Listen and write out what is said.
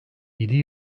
yedi